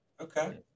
Okay